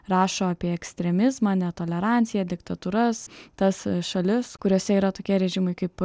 rašo apie ekstremizmą netoleranciją diktatūras tas šalis kuriose yra tokie režimai kaip